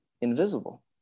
invisible